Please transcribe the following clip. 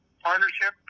partnership